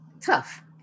tough